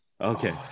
Okay